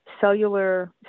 cellular